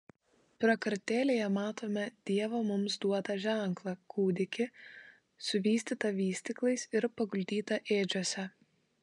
prakartėlėje matome dievo mums duotą ženklą kūdikį suvystytą vystyklais ir paguldytą ėdžiose